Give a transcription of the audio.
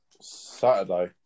Saturday